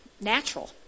natural